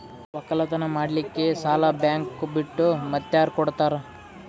ಒಕ್ಕಲತನ ಮಾಡಲಿಕ್ಕಿ ಸಾಲಾ ಬ್ಯಾಂಕ ಬಿಟ್ಟ ಮಾತ್ಯಾರ ಕೊಡತಾರ?